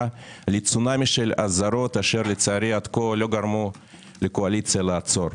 לצונאמי של אזהרות שלצערי עד כה לא גרמו לקואליציה לעצור.